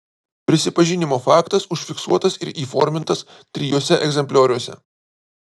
prisipažinimo faktas užfiksuotas ir įformintas trijuose egzemplioriuose